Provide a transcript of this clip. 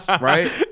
right